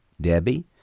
Debbie